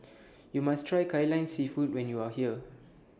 YOU must Try Kai Lan Seafood when YOU Are here